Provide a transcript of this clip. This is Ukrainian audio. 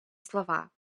слова